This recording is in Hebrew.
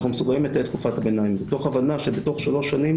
אנחנו מסוגלים לתת תקופת ביניים מתוך הבנה שבתוך שלוש שנים